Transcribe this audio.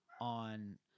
On